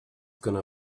gonna